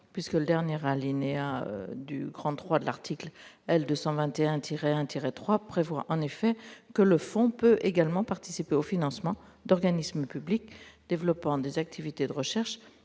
puisque le dernier alinéa du III de l'article L. 221-1-3 prévoit que « le fonds peut également participer au financement [...] d'organismes publics développant des activités de recherche